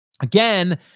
Again